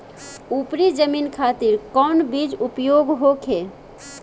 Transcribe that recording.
उपरी जमीन खातिर कौन बीज उपयोग होखे?